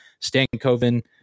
Stankoven